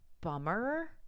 bummer